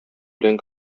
белән